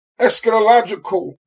eschatological